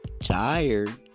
tired